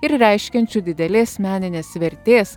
ir reiškiančiu didelės meninės vertės